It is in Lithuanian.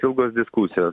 ilgos diskusijos